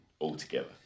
altogether